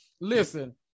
listen